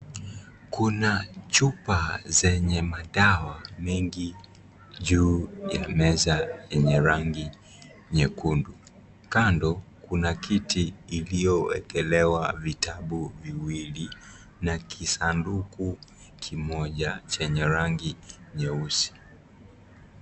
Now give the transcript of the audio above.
Kuna chupa zenye madawa mengi juu ya meza enye rangi nyekundu .Kando Kuna kiti iliowekelewa vitabu viwili na kisanduku kimoja chenye rangi nyeusi.